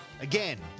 Again